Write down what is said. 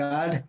God